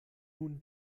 nun